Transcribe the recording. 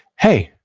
hey,